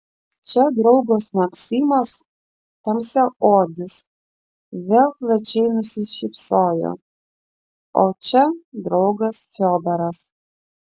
čia draugas maksimas tamsiaodis vėl plačiai nusišypsojo o čia draugas fiodoras